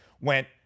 went